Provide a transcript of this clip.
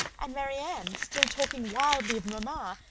and marianne, still talking wildly of mama,